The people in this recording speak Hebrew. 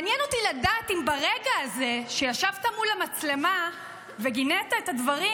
מעניין אותי לדעת אם ברגע הזה שישבת מול המצלמה וגינית את הדברים,